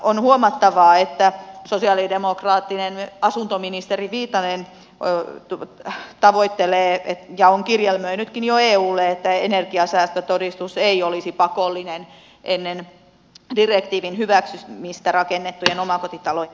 on huomattavaa että sosialidemokraattinen asuntoministeri viitanen tavoittelee ja on kirjelmöinytkin jo eulle että energiansäästötodistus ei olisi pakollinen ennen direktiivin hyväksymistä rakennettujen omakotitalojen